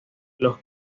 los